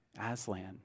Aslan